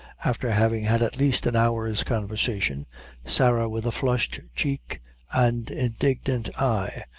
after having had at least an hour's conversation sarah, with a flushed cheek and indignant eye,